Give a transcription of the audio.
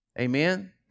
Amen